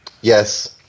Yes